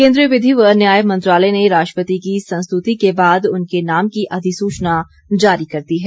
केन्द्रीय विधि व न्याय मंत्रालय ने राष्ट्रपति की संस्तुति के बाद उनके नाम की अधिसूचना जारी कर दी है